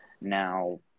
Now